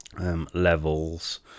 levels